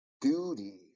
duty